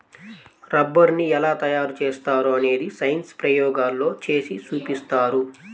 రబ్బరుని ఎలా తయారు చేస్తారో అనేది సైన్స్ ప్రయోగాల్లో చేసి చూపిస్తారు